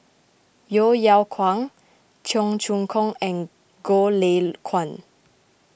Yeo Yeow Kwang Cheong Choong Kong and Goh Lay Kuan